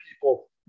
people